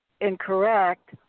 incorrect